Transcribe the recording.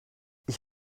ich